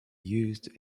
used